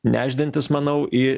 nešdintis manau į